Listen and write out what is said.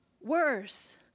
worse